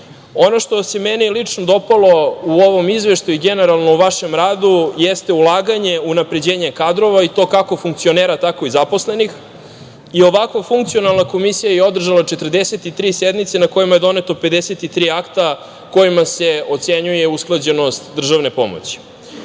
Ono što mi se lično dopalo u ovom izveštaju, generalno u vašem radu jeste ulaganje, unapređenje kadrova i to kako funkcionera, tako i zaposlenih i ovako funkcionalna Komisija je održala 43 sednice na kojima je doneto 53 akta, kojima se ocenjuje usklađenost državne pomoći. Na